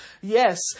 yes